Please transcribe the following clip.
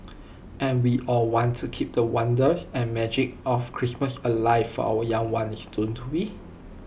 and we all want to keep the wonder and magic of Christmas alive for our young ones don't we